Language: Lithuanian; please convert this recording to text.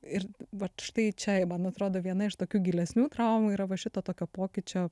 ir vat štai čia man atrodo viena iš tokių gilesnių traumų yra va šito tokio pokyčio